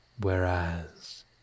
whereas